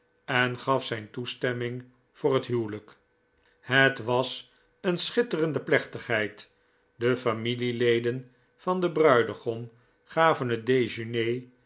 en gaf zijn toestemming voor het huwelijk het was een schitterende plechtigheid de familieleden van den bruidegom gaven het dejeuner